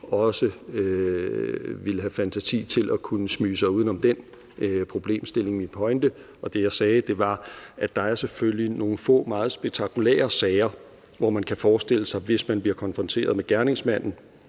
også ville have fantasi til at kunne smyge sig uden om den problemstilling. Min pointe og det, jeg sagde, var, at der selvfølgelig er nogle få meget spektakulære sager, hvor man kan forestille sig, at folk vil kunne genkende